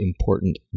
important